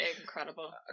incredible